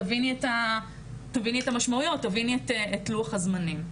תביני את המשמעויות, תביני את לוח הזמנים.